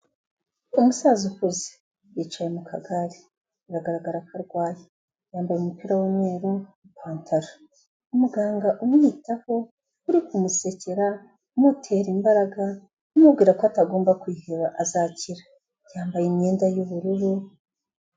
Umusaza ukuze yicaye mu kagare, biragaragara ko arwaye yambaye umupira w'umweru ipantaro umuganga umwitaho kumusekera amutera imbaraga amubwira ko atagomba kwiheba azakira yambaye imyenda y'ubururu.